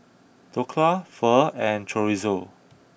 Dhokla Pho and Chorizo